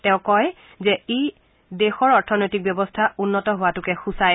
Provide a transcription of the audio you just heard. তেওঁ কয় যে ই এক দেশৰ অৰ্থনৈতিক অৱস্থা উন্নত হোৱাটো সূচায়